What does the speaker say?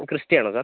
Crysta ആണോ sir